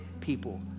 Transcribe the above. people